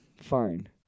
fine